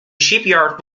shipyard